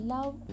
Love